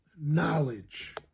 knowledge